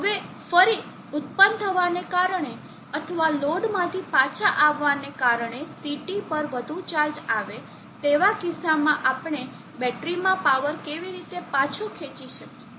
હવે ફરી ઉત્પન્ન થવાને કારણે અથવા લોડમાંથી પાછા આવવાને કારણે CT પર વધુ ચાર્જ આવે તેવા કિસ્સામાં આપણે બેટરીમાં પાવર કેવી રીતે પાછો ખેંચી શકીએ